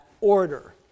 order